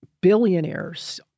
billionaires